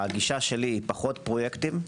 הגישה שלי היא פחות פרויקטים,